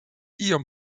iom